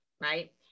right